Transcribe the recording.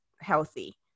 healthy